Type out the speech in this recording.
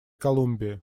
колумбии